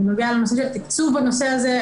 בנוגע לנושא של התקצוב בנושא הזה,